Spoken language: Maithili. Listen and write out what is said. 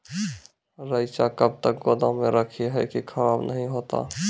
रईचा कब तक गोदाम मे रखी है की खराब नहीं होता?